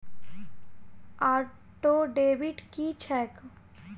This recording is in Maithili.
ऑटोडेबिट की छैक?